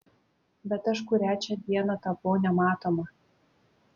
bet aš kurią čia dieną tapau nematoma